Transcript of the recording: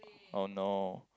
oh no